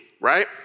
right